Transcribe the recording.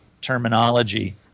terminology